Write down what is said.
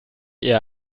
eher